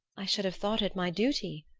i should have thought it my duty.